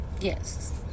Yes